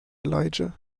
elijah